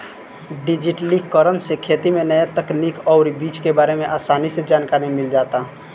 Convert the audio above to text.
डिजिटलीकरण से खेती में न्या तकनीक अउरी बीज के बारे में आसानी से जानकारी मिल जाता